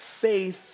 faith